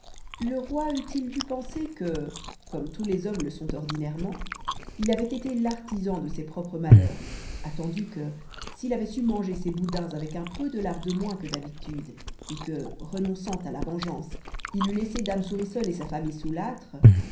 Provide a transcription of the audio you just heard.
le roi eût-il dû penser que comme tous les hommes le sont ordinairement il avait été l'artisan de ses propres malheurs attendu que s'il avait su manger ses boudins avec un peu de lard de moins que d'habitude et que renonçant à la vengeance il eût laissé dame souriçonne et sa famille